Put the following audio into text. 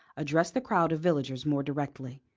addressed the crowd of villagers more directly.